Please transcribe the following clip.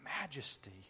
majesty